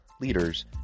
leaders